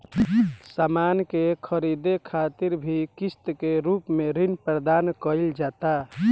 सामान के ख़रीदे खातिर भी किस्त के रूप में ऋण प्रदान कईल जाता